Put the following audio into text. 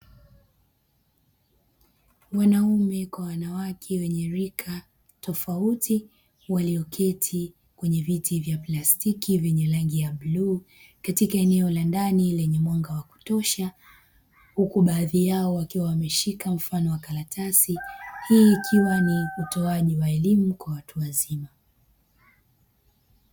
Wanaume kwa wanawake wenye rika tofauti walioketi kwenye viti vya plastiki vyenye rangi ya bluu katika eneo la ndani lenye mwanga wa kutosha huku baadhi yao wakiwa wameshika mfano wa karatasi hii ikiwa ni utoaji wa elimu kwa watu wazima.